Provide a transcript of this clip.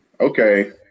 okay